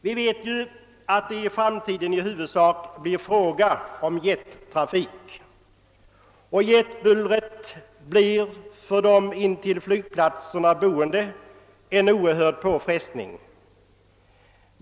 Vi vet att det i framtiden i huvudsak blir fråga om jettrafik, och jetbullret blir för de intill flygplatserna boende en oerhörd påfrestning.